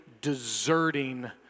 deserting